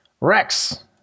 rex